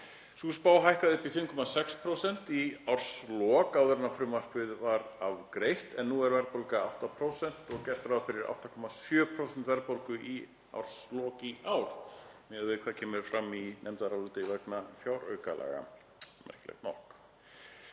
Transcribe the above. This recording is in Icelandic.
Sú spá hækkaði upp í 5,6% í árslok áður en frumvarpið var afgreitt en nú er verðbólga 8% og gert ráð fyrir 8,7% verðbólgu í árslok í ár miðað við hvað kemur fram í nefndaráliti vegna fjáraukalaga, merkilegt nokk.